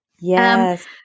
Yes